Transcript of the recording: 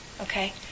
okay